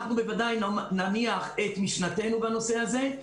אנחנו בוודאי נניח את משנתנו בנושא הזה.